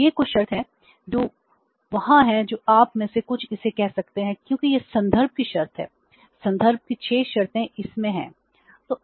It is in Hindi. तो ये कुछ शर्तें हैं जो वहां हैं जो आप में से कुछ इसे कह सकते हैं क्योंकि यह संदर्भ की शर्तें हैं संदर्भ की 6 शर्तें इसमें हैं